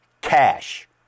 cash